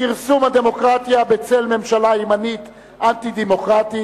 הכרסום בדמוקרטיה בצל ממשלה ימנית אנטי-דמוקרטית.